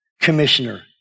commissioner